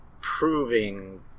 proving